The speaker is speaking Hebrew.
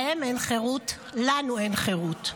להם אין חירות, לנו אין חירות.